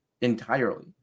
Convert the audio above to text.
entirely